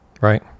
right